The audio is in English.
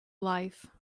life